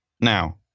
Now